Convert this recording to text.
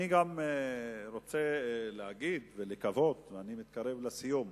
אני גם רוצה להגיד ולקוות, ואני מתקרב לסיום,